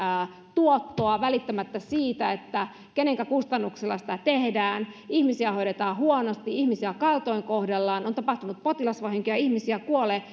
tuottoa välittämättä siitä kenenkä kustannuksella sitä tehdään ihmisiä hoidetaan huonosti ihmisiä kaltoinkohdellaan on tapahtunut potilasvahinkoja ihmisiä kuolee